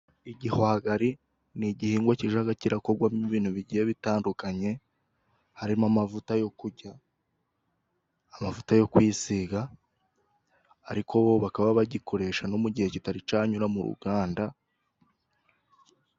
Igihwagari ni igihingwa kijya gikorwamo ibintu bigiye bitandukanye harimo amavuta yo kurya, amavuta yo kwisiga ariko bo bakaba bagikoresha no mu gihe kitari cyanyura mu ruganda.